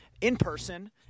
in-person